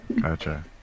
Gotcha